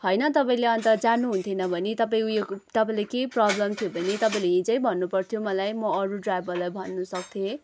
होइन तपाईँले अन्त जानुहुने थिएन भने तपाईँ ऊ यो तपाईँले केही प्रब्लम थियो भने तपाईँले हिजै भन्नु पर्थ्यो मलाई म अरू ड्राइभरलाई भन्नु सक्थेँ